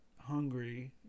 hungry